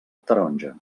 taronja